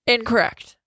Incorrect